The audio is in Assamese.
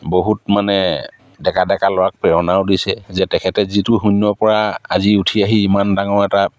বহুত মানে ডেকা ডেকা ল'ৰাক প্ৰেৰণাও দিছে যে তেখেতে যিটো শূন্যৰপৰা আজি উঠি আহি ইমান ডাঙৰ এটা